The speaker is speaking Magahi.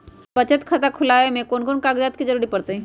हमरा बचत खाता खुलावेला है त ए में कौन कौन कागजात के जरूरी परतई?